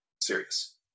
serious